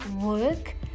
work